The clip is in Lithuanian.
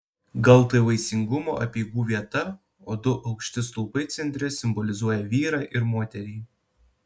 gal tai vaisingumo apeigų vieta o du aukšti stulpai centre simbolizuoja vyrą ir moterį